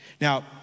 Now